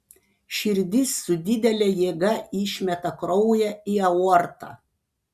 širdis su didele jėga išmeta kraują į aortą